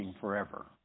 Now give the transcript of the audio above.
forever